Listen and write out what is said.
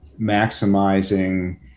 maximizing